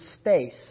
space